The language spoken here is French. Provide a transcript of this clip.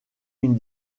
une